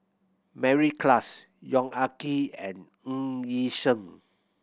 Mary Klass Yong Ah Kee and Ng Yi Sheng